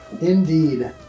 Indeed